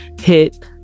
hit